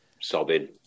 sobbing